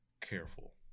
careful